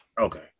Okay